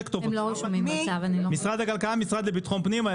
כתובות: משרד הכלכלה והמשרד לביטחון פנים.